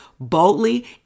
boldly